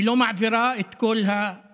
היא לא מעבירה את כל הסכום,